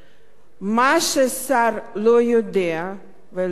מה שהשר לא יודע ולא מבין,